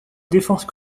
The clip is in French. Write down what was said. défense